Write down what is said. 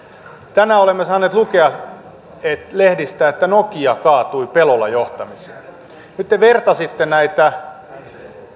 tänään olemme saaneet lukea lehdistä että nokia kaatui pelolla johtamiseen nyt te vertasitte näitä